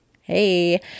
Hey